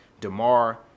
DeMar